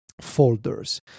folders